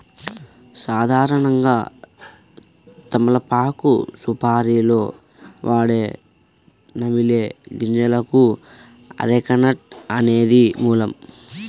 సాధారణంగా తమలపాకు సుపారీలో వాడే నమిలే గింజలకు అరెక నట్ అనేది మూలం